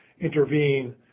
intervene